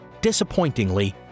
Disappointingly